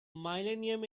millennium